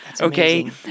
Okay